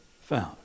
found